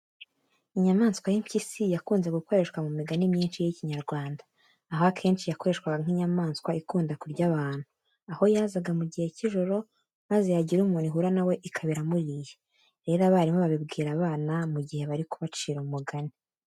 Inyamaswa y'impyisi yakunze gukoreshwa mu migani myinshi y'Ikinyarwanda. Aho akenshi yakoreshwaga nk'inyamaswa ikunda kurya abantu, aho yazaga mu gihe cy'ijoro maze yagira umuntu ihura na we ikaba iramuriye. Rero abarimu babibwira abana mu gihe bari kubacira umugani.